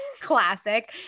Classic